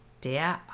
Der